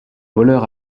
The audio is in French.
voleur